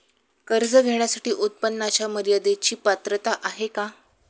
कर्ज घेण्यासाठी उत्पन्नाच्या मर्यदेची पात्रता आहे का?